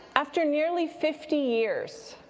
after nearly fifty years,